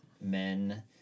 men